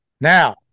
Now